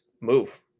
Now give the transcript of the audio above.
move